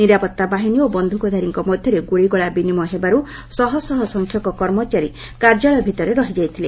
ନିରାପଭାବାହିନୀ ଓ ବନ୍ଧୁକଧାରୀମାନଙ୍କ ମଧ୍ୟରେ ଗୁଳିଗୋଳା ବିନିମୟ ହେବାରୁ ଶହଶହ ସଂଖ୍ୟକ କର୍ମଚାରୀ କାର୍ଯ୍ୟାଳୟ ଭିତରେ ରହିଯାଇଥିଲେ